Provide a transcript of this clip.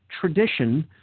tradition